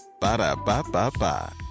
Ba-da-ba-ba-ba